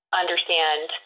understand